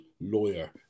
lawyer